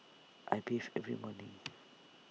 I bathe every morning